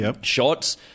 shots